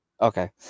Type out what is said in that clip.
Okay